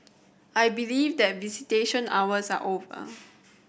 I believe that visitation hours are over